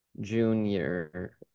junior